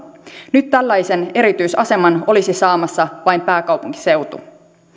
nyt tällaisen erityisaseman olisi saamassa vain pääkaupunkiseutu